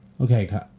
Okay